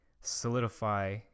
solidify